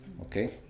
Okay